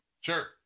Sure